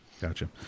gotcha